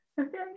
okay